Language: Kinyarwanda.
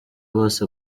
bose